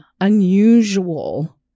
unusual